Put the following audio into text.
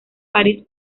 parís